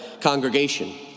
congregation